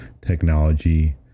technology